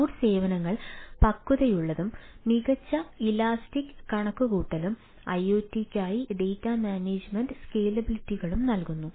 cloud സേവനങ്ങൾ പക്വതയുള്ളതും മികച്ച ഇലാസ്റ്റിക് കണക്കുകൂട്ടലും ഐഒടിയ്ക്കായി ഡാറ്റ മാനേജുമെന്റ് സ്കേലബിളിറ്റികളും നൽകുന്നു